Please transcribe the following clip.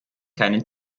keinen